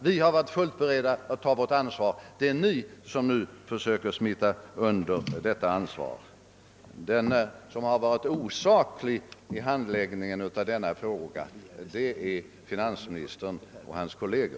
Vi har varit fullt beredda att ta vårt ansvar; det är Ni som nu försöker smita undan ert ansvar. Det är finansministern och hans kolleger som har handlagt denna fråga osakligt.